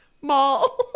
mall